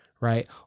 Right